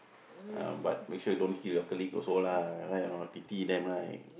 uh but make sure you don't kill your colleague also lah right or not pity them right